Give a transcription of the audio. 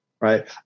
right